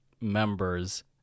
members